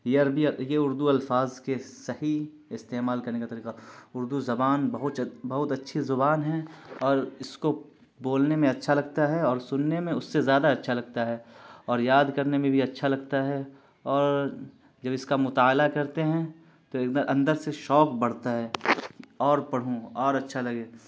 یہ عربی یہ اردو الفاظ کے صحیح استعمال کرنے کا طریقہ اردو زبان بہت بہت اچھی زبان ہیں اور اس کو بولنے میں اچھا لگتا ہے اور سننے میں اس سے زیادہ اچھا لگتا ہے اور یاد کرنے میں بھی اچھا لگتا ہے اور جب اس کا مطالعہ کرتے ہیں تو ایک اندر سے شوک بڑھتا ہے اور پڑھوں اور اچھا لگے